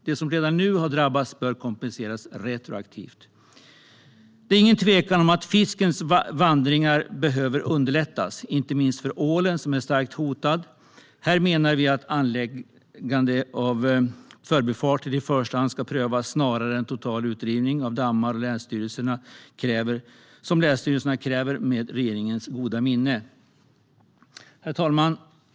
De som redan nu har drabbats bör kompenseras retroaktivt. Det är ingen tvekan om att fiskens vandringar behöver underlättas. Det gäller inte minst ålen som är starkt hotad. Här menar vi att anläggande av förbifarter i första hand ska prövas snarare än en total utrivning av dammar som länsstyrelserna kräver med regeringens goda minne. Herr talman!